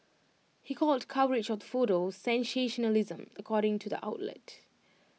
he called coverage of the photo sensationalism according to the outlet